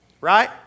Right